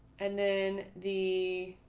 and then the.